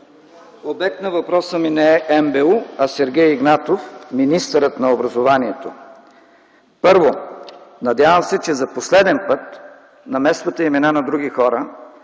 Обект на въпроса ми не е НБУ, а Сергей Игнатов – министърът на образованието. Първо, надявам се, за последен път намесвате имена на други хора,